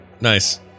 nice